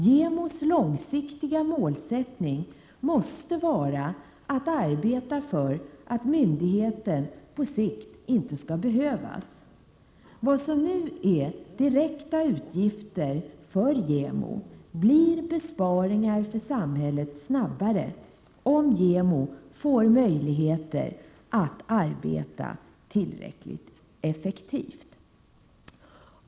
JämO:s långsiktiga målsättning måste vara att arbeta för att myndigheten på sikt inte skall behövas. Vad som nu är direkta utgifter för JämO blir besparingar för samhället snabbare om JämO får möjligheter att arbeta tillräckligt effektivt.